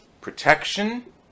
Protection